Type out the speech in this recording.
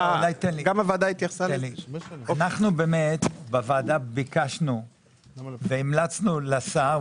אנחנו בוועדה ביקשנו והמלצנו לשר,